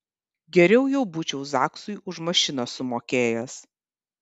geriau jau būčiau zaksui už mašiną sumokėjęs